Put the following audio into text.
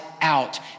out